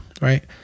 Right